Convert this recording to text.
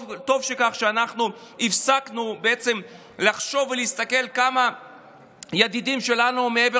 טוב שהפסקנו לחשוב ולהסתכל כמה ידידים שלנו מעבר